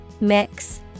Mix